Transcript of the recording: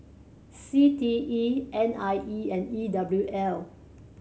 C T E N I E and E W L